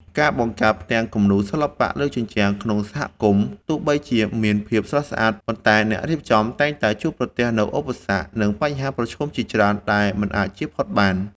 ការបង្កើតផ្ទាំងគំនូរសិល្បៈលើជញ្ជាំងក្នុងសហគមន៍ ទោះបីជាមានភាពស្រស់ស្អាត ប៉ុន្តែអ្នករៀបចំតែងតែជួបប្រទះនូវឧបសគ្គ និងបញ្ហាប្រឈមជាច្រើនដែលមិនអាចជៀសផុតបាន។